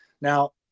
Now